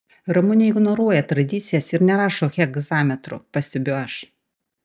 ramunė ignoruoja tradicijas ir nerašo hegzametru pastebiu aš